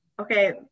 okay